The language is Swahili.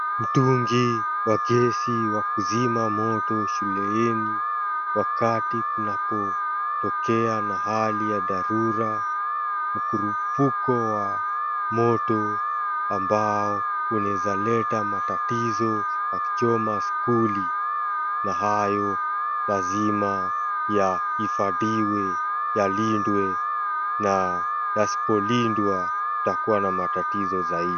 Mtungi wa gesi wa kuzima moto shuleni wakati kunapotokea na hali ya dharura, mkurupuko wa moto ambao unezaleta matatizo na kuchoma skuli, na hayo lazima yahifadhiwe, yalindwe na yasipolindwa kutakuwa na matatizo zaidi.